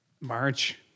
March